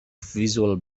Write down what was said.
visual